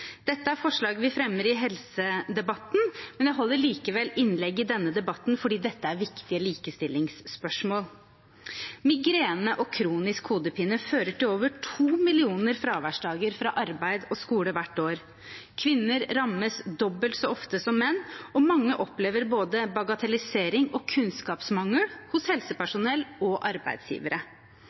Dette er forslag vi fremmer i helsedebatten, men jeg holder likevel innlegg i denne debatten fordi dette er viktige likestillingsspørsmål. Migrene og kronisk hodepine fører til over to millioner fraværsdager fra arbeid og skole hvert år. Kvinner rammes dobbelt så ofte som menn, og mange opplever både bagatellisering og kunnskapsmangel hos helsepersonell og arbeidsgivere.